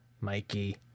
Mikey